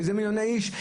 שזה מיליוני איש.